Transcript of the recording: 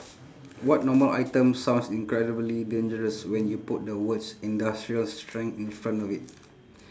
what normal item sounds incredibly dangerous when you put the words industrial strength in front of it